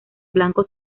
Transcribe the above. blanco